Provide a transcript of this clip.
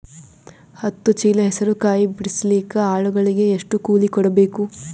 ಹತ್ತು ಚೀಲ ಹೆಸರು ಕಾಯಿ ಬಿಡಸಲಿಕ ಆಳಗಳಿಗೆ ಎಷ್ಟು ಕೂಲಿ ಕೊಡಬೇಕು?